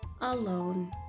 alone